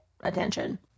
attention